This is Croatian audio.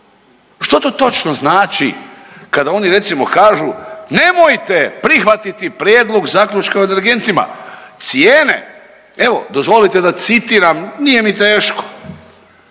Što to točno znači kada oni recimo kažu nemojte prihvatiti Prijedlog zaključka o energentima? Cijene, evo dozvolite da citiram, nije mi teško.